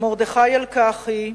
מרדכי אלקחי,